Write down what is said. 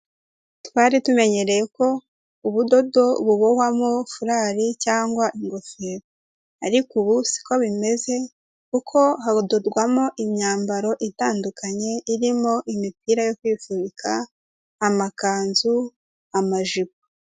Twari tumenyereye ko ubudodo bubohwamo furali cyangwa ingofero ariko ubu siko bimeze kuko hadorwamo imyambaro itandukanye irimo imipira yo kwifubika, amakanzu, amajipo.